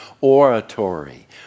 oratory